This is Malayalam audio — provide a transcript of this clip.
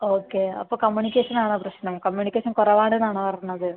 ഓക്കെ അപ്പോൾ കമ്മ്യൂണിക്കേഷൻ ആണോ പ്രശ്നം കമ്മ്യൂണിക്കേഷൻ കുറവ് ആണുന്ന് ആണോ പറഞ്ഞത്